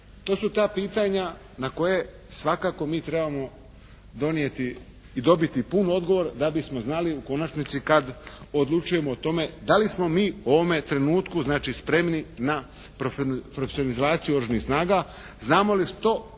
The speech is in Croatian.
to su ta pitanja na koja svakako mi trebamo donijeti i dobiti pun odgovor da bismo znali u konačnici kad odlučujemo o tome, da li smo mi u ovome trenutku znači spremni na profesionalizaciju Oružanih snaga. Znamo li što